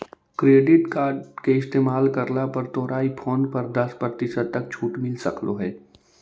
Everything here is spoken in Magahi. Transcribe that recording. क्रेडिट कार्ड के इस्तेमाल करला पर तोरा ई फोन पर दस प्रतिशत तक छूट मिल सकलों हे